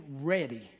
ready